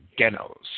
genos